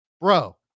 Bro